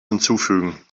hinzufügen